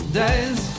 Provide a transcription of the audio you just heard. days